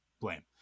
blame